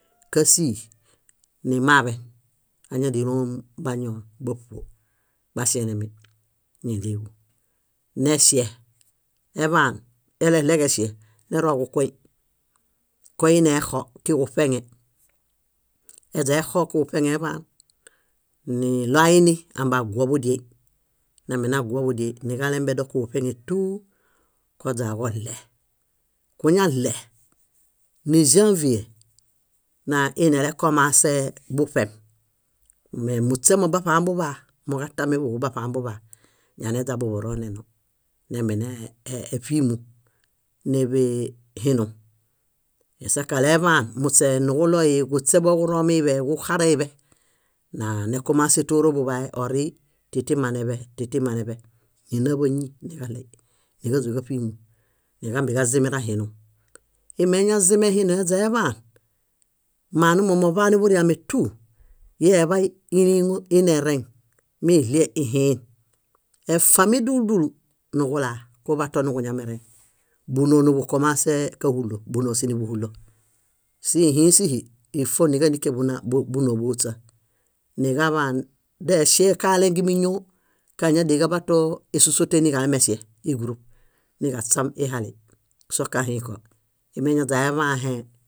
. Kásii, nimaaḃe. Adia níloom bañon, báṗuo baŝenemi. Néɭeeġu neŝe, aḃaan eleleġeŝe neroġukuoĩ. Koinexo kiġuṗeŋe. Eźa exo kuġuṗeŋeeḃaan, niɭoaini abaguoḃudieĩ. Nambenaguo budieĩ niġalembedo kuġuṗeŋe túu koźaġoɭe. Kuñaɭe, níĵãvie, nainelekomasee buṗem. Mee muśemo baṗambuḃaa, moġatamibuhu baṗambuḃaa. Ñaneźa buḃurooneno, némbeneṗimu néḃee hinum. Asakaleḃaan muśe níġuloli kuśeḃuġo ġuromiiḃe ġuxareiḃe. Naaneekomase tóro buḃae orii titiman eḃe, titiman eḃe. nánaḃañi niġaley níġaźaniġamiimu, niġambeġazimera hinum. Imeñazime hinum eźeḃaan, manumo moḃaaniburiame tú, ieḃay íliŋo inereŋ: miɭiel ihiin. Efami dúlu dúlu niġulaa, kuḃatonuġuñamereŋ, búnoo niḃukomasee káhulo, búnoo sínibuhulo. Sihĩi síhi, ifo níġandike buna búnoo bóhuśa, niġaḃaan deŝe kalengemi ñóo, kañadianiḃatoo ésosote niġalemeŝe, ígurup, niġaśam ihali sokahĩko. Imeñadia eḃãahe